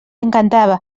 encantava